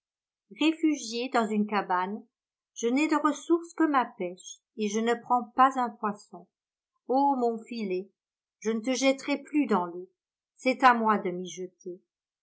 réfugié dans une cabane je n'ai de ressource que ma pêche et je ne prends pas un poisson o mon filet je ne te jetterai plus dans l'eau c'est à moi de m'y